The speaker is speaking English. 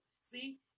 See